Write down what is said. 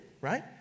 right